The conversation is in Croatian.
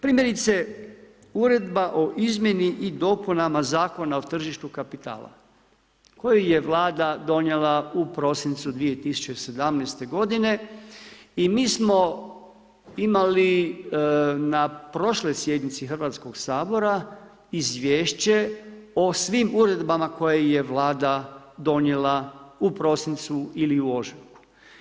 Primjerice, Uredba o izmjeni i dopunama Zakona o tržištu kapitala koji je Vlada donijela u prosincu 2017. g. i mi smo imali na prošloj sjednici Hrvatskog sabora, izvješće o svim uredbama koje je Vlada donijela u prosincu ili u ožujku.